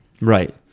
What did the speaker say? Right